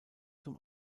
zum